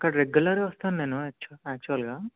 అక్కడ రెగ్యులర్గా వస్తాను నేను యాక్చు యాక్చువల్గా